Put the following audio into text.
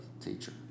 teacher